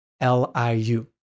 L-I-U